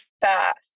fast